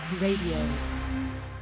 Radio